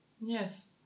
Yes